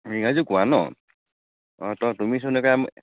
ইংৰাজী কোৱা ন' অ তুমিচোন একে